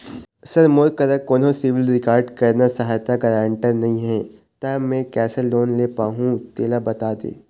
sir मोर करा कोन्हो सिविल रिकॉर्ड करना सहायता गारंटर नई हे ता मे किसे लोन ले पाहुं तेला बता दे